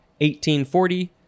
1840